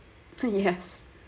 ah yes